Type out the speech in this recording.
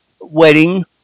wedding